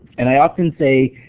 and i often say